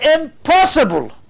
impossible